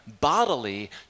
bodily